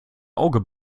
auge